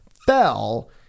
fell